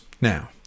now